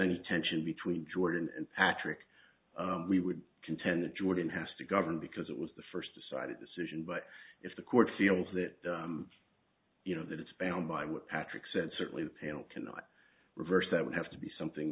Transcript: any tension between jordan and accurate we would contend that job it has to govern because it was the first decided decision but if the court feels that you know that it's bound by what patrick said certainly the panel cannot reverse that would have to be something